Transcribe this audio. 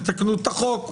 תתקנו את החוק.